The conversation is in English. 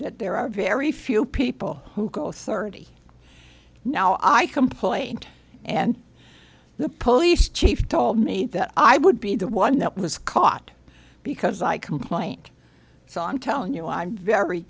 that there are very few people who go thirty now i complained and the police chief told me that i would be the one that was caught because i complained so i'm telling you i'm very